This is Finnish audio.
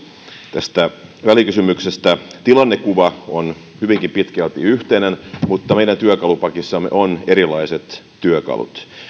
tästä välikysymyksestä tilannekuva on hyvinkin pitkälti yhteinen mutta meidän työkalupakissamme on erilaiset työkalut